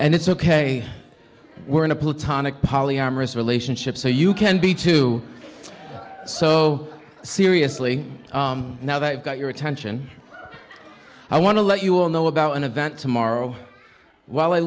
and it's ok we're in a platonic polyamorous relationship so you can be too so seriously now that i've got your attention i want to let you all know about an event tomorrow while i